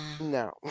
no